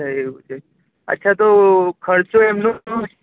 એવું છે અચ્છા તો ખર્ચો એમનો શું